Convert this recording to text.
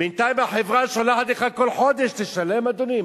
בינתיים החברה שולחת לך כל חודש, תשלם, אדוני.